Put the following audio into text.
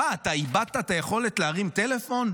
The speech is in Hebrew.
מה, אתה איבדת את היכולת להרים טלפון?